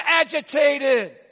agitated